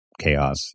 chaos